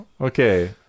Okay